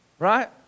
right